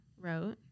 wrote